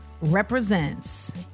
represents